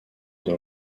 dans